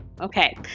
Okay